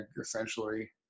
essentially